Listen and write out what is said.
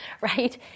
right